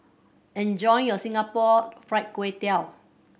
enjoy your Singapore Fried Kway Tiao